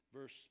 verse